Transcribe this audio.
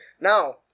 Now